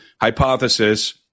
hypothesis